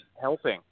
helping